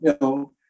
no